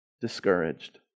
discouraged